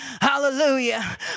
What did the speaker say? Hallelujah